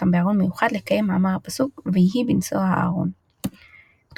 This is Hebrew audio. המרשימים שבהם הם אלו שבברעם,